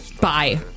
Bye